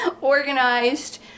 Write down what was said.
organized